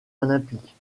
olympiques